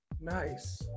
Nice